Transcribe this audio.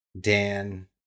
Dan